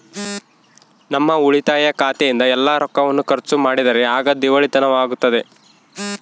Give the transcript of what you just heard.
ನಮ್ಮ ಉಳಿತಾಯ ಖಾತೆಯಿಂದ ಎಲ್ಲ ರೊಕ್ಕವನ್ನು ಖರ್ಚು ಮಾಡಿದರೆ ಆಗ ದಿವಾಳಿತನವಾಗ್ತತೆ